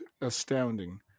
astounding